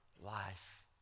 life